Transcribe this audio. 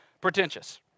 Pretentious